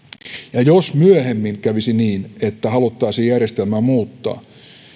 ja jos myöhemmin kävisi niin että haluttaisiin järjestelmää muuttaa